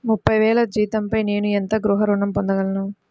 ముప్పై వేల జీతంపై నేను ఎంత గృహ ఋణం పొందగలను?